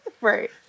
Right